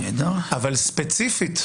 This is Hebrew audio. אבל ספציפית,